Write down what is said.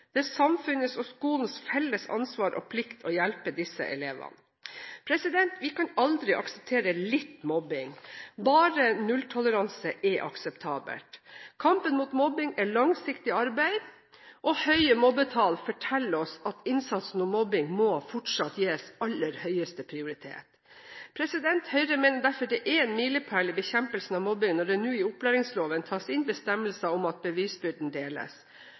Det er samfunnets og skolens felles ansvar og plikt å hjelpe disse elevene. Vi kan aldri akseptere «litt» mobbing. Bare nulltoleranse er akseptabelt. Kampen mot mobbing er langsiktig arbeid. Høye mobbetall forteller oss at innsatsen mot mobbing fortsatt må gis aller høyeste prioritet. Høyre mener derfor det er en milepæl i bekjempelsen av mobbing når det nå i opplæringsloven tas inn bestemmelser om at bevisbyrden deles.